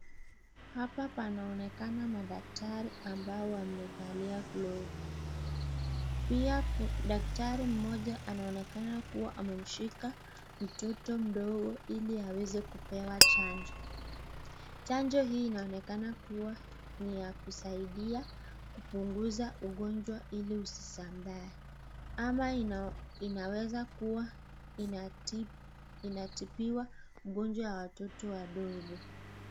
Hapa panaonekana madaktari amvao wamefalia kilofu pia daktari moja anaonekana kuwa ameshika mtoto mdogo hili awese kupewa janjoo, janjoo hiiinaokekana kuwa ni ya kusaidia kupungusa ugonjwa hili isisambae ama inawsa kuwa inadipiwa ugonjwa ya watoto wadogo.